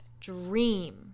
dream